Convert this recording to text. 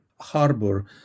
harbor